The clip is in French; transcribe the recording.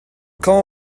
quand